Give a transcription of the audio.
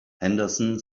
henderson